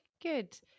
Good